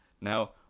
Now